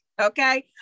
okay